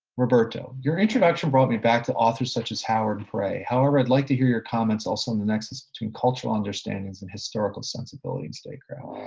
roberto your introduction brought me back to authors such as howard frey. however, i'd like to hear your comments also on the nexus between cultural understandings and historical sensibility and statecraft.